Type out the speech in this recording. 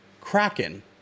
Kraken